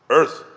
earth